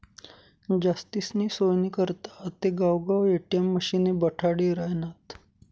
जास्तीनी सोयनी करता आते गावगाव ए.टी.एम मशिने बठाडी रायनात